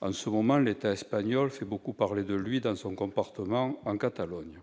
En ce moment, l'État espagnol fait beaucoup parler de lui compte tenu de son comportement en Catalogne.